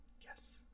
Yes